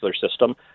system